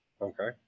Okay